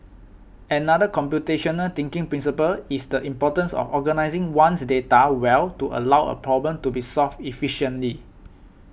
another computational thinking principle is the importance of organising one's data well to allow a problem to be solved efficiently